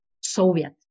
Soviet